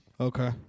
Okay